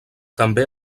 també